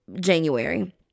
January